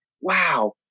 wow